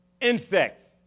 insects